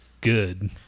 Good